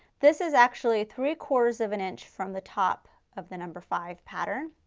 this is actually three quarters of an inch from the top of the number five pattern.